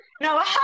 No